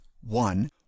one